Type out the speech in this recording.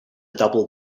double